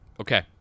Okay